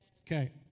Okay